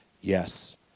yes